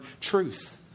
truth